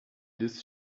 this